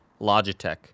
Logitech